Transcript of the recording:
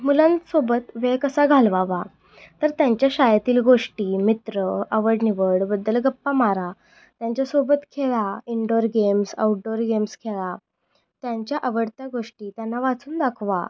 मुलांसोबत वेळ कसा घालवावा तर त्यांच्या शाळेतील गोष्टी मित्र आवड निवडबद्दल गप्पा मारा त्यांच्यासोबत खेळा इनडोअर गेम्स आउटडोअर गेम्स खेळा त्यांच्या आवडत्या गोष्टी त्यांना वाचून दाखवा